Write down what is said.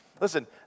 Listen